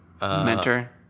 Mentor